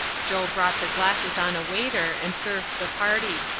joe brought the glasses on a waiter, and served the party.